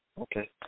Okay